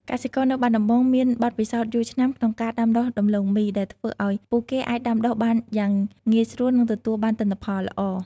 កសិករនៅបាត់ដំបងមានបទពិសោធន៍យូរឆ្នាំក្នុងការដាំដុះដំឡូងមី ដែលធ្វើឱ្យពួកគេអាចដាំដុះបានយ៉ាងងាយស្រួល និងទទួលបានផលល្អ។